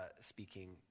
speaking